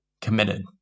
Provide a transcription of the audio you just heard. committed